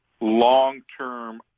long-term